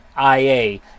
IA